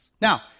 Now